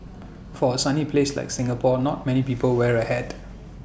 for A sunny place like Singapore not many people wear A hat